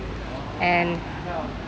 and